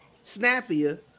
snappier